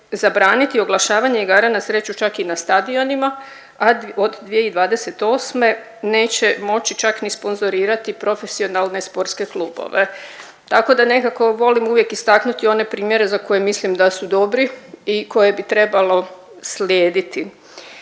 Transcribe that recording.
zabraniti oglašavanje igara na sreću čak i na stadionima, a od 2028. neće moći čak ni sponzorirati profesionalne sportske klubove. Tako da nekako volim uvijek istaknuti one primjere za koje mislim da su dobri i koje bi trebalo slijediti.